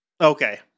Okay